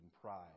pride